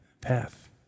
path